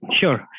Sure